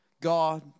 God